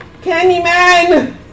Candyman